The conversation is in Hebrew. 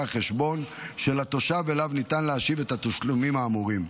החשבון של התושב שאליו ניתן להשיב את התשלומים האמורים.